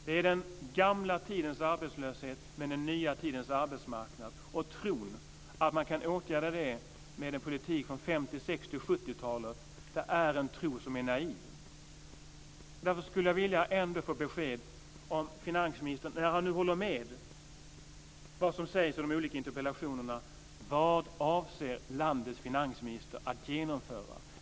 Det är den gamla tidens arbetslöshet, men den nya tidens arbetsmarknad. Det är naivt att tro att man kan åtgärda detta med en politik från 50-, 60 och 70-talen. Därför skulle jag vilja få ett besked från finansministern, när han nu håller med om vad som sägs i de olika interpellationerna. Vad avser landets finansminister att genomföra?